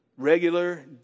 Regular